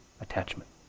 attachment